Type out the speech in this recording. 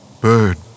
Bird